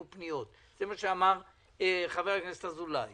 פניות זה מה שאמר חבר הכנסת אזולאי